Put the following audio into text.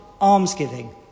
almsgiving